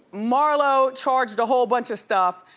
marlo charged a whole bunch of stuff.